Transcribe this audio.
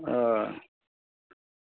آ